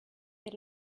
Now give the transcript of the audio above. get